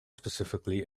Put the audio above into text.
specifically